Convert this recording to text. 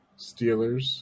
Steelers